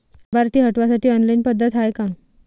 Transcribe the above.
लाभार्थी हटवासाठी ऑनलाईन पद्धत हाय का?